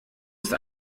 ist